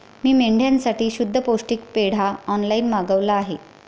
मी मेंढ्यांसाठी शुद्ध पौष्टिक पेंढा ऑनलाईन मागवला आहे